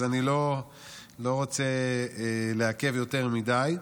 אז אני לא רוצה לעכב יותר מדי.